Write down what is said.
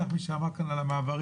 לפתח מישהו אמר כאן על המעברים,